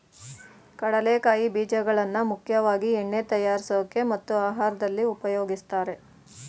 ಕಡಲೆಕಾಯಿ ಬೀಜಗಳನ್ನಾ ಮುಖ್ಯವಾಗಿ ಎಣ್ಣೆ ತಯಾರ್ಸೋಕೆ ಮತ್ತು ಆಹಾರ್ದಲ್ಲಿ ಉಪಯೋಗಿಸ್ತಾರೆ